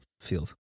field